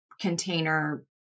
container